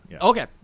Okay